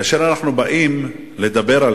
כאשר אנחנו באים לדבר על